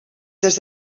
des